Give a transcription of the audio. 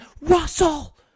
Russell